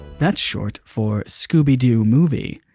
that's short for scooby-doo movie.